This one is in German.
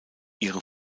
ihre